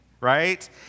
right